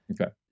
Okay